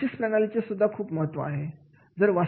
बक्षीस प्रणालीचे सुद्धा महत्व खूप आहे